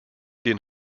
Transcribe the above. den